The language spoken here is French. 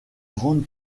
grandes